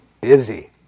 Busy